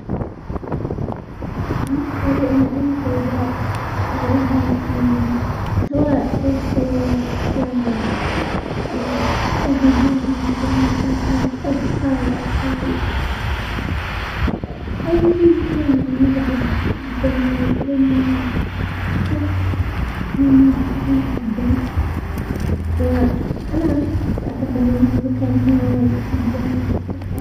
بالنسبة لي انا اي ضوضاء تزعجني وقت نومي، سواء صوت السيارات في الشارع او اي ضجيج ناتج عن الحافلات او بكاء الاطفال، اي شي يكون مزعج جدا ،لانني شخص نومه خفيف جدا، وانا شخص احب النوم في مكان هادئ جدا والاسترخاء.